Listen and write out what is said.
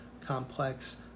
complex